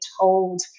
told